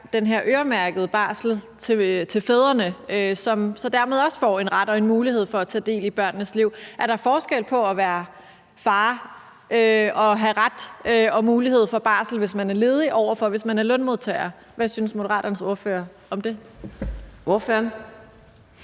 den her øremærkede barsel til fædrene, som så dermed også får en ret til og en mulighed for at tage del i børnenes liv. Er der forskel på at have ret til og mulighed for barsel som far og ledig i forhold til at være far og lønmodtager? Hvad synes Moderaternes ordfører om det? Kl.